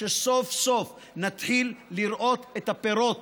שסוף-סוף נתחיל לראות את הפירות